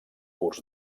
curs